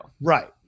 Right